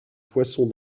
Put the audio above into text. poissons